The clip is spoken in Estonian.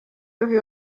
tohi